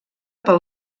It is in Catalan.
pel